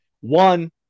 One